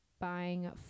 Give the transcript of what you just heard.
buying